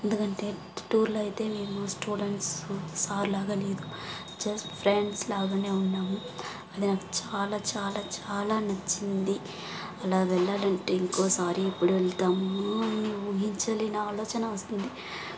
ఎందుకంటే టూర్లో అయితే మేము స్టూడెంట్స్ సార్ లాగ లేదు జస్ట్ ఫ్రెండ్స్ లాగానే ఉన్నాము అది నాకు చాలా చాలా చాలా నచ్చింది అలా వెళ్లానంటే ఇంకోసారి ఎప్పుడు వెళ్తాం ఊహించలేని ఆలోచన వస్తుంది